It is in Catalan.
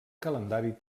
calendari